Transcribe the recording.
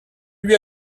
lui